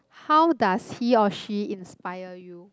how does he or she inspire you